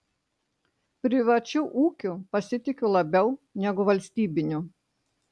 privačiu ūkiu pasitikiu labiau negu valstybiniu